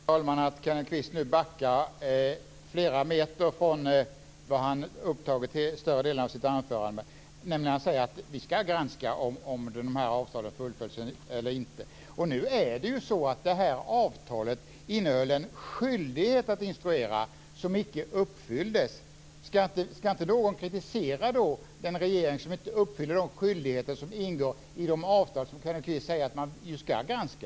Fru talman! Jag noterar med tacksamhet att Kenneth Kvist nu backar flera meter från vad han upptog större delen av sitt anförande med. Han säger nu: Vi ska granska om de här avtalen fullföljs eller inte. Avtalet innehöll en skyldighet att instruera som icke uppfylldes. Ska då inte någon kritisera den regering som inte uppfyller de skyldigheter som ingår i de avtal som Kenneth Kvist ju säger att man ska granska?